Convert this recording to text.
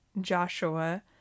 joshua